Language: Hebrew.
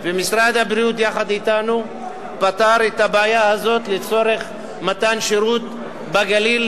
ומשרד הבריאות יחד אתנו פתר את הבעיה הזאת לצורך מתן שירות בגליל,